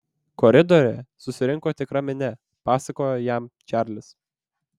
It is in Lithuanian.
koridoriuje susirinko tikra minia pasakojo jam čarlis